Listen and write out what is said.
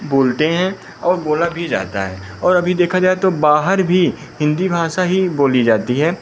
बोलते हैं और बोला भी जाता है और अभी देखा जाे तो बाहर भी हिंदी भाषा ही बोली जाती है